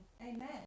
Amen